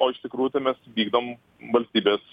o iš tikrųjų tai mes vykdom valstybės